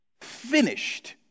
finished